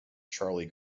charlie